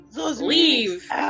leave